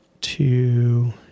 two